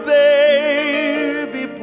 baby